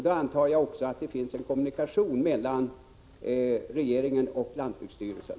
Då antar jag att det finns en kommunikation mellan regeringen och lantbruksstyrelsen.